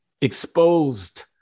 exposed